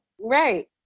Right